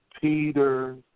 Peter